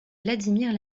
vladimir